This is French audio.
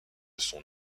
son